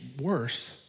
worse